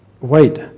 wait